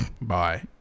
Bye